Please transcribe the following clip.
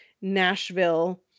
Nashville